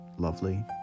lovely